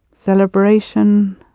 Celebration